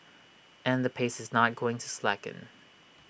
and the pace is not going to slacken